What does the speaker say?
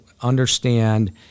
Understand